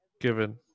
Given